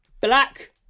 Black